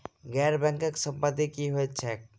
गैर बैंकिंग संपति की होइत छैक?